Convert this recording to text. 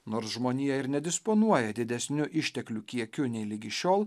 nors žmonija ir nedisponuoja didesniu išteklių kiekiu nei ligi šiol